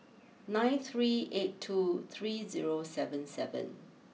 nine three eight two three zero seven seven